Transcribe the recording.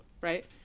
Right